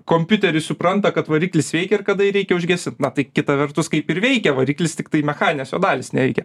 kompiuteris supranta kad variklis veikia ir kada jį reikia užgesint na tai kita vertus kaip ir veikia variklis tiktai mechaninės jo dalys neveikia